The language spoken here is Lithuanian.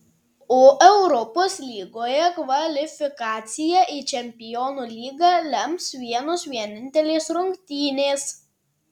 o europos lygoje kvalifikaciją į čempionų lygą lems vienos vienintelės rungtynės